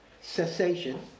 cessation